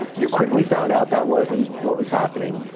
you quickly found out that wasn't what was happening.